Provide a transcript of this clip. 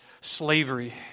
slavery